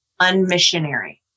unmissionary